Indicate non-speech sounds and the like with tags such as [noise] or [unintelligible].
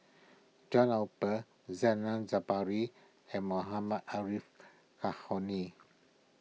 John Eber Zainal Sapari and Mohammad Arif [unintelligible]